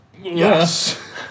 yes